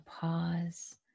pause